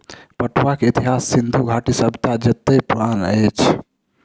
पटुआ के इतिहास सिंधु घाटी सभ्यता जेतै पुरान अछि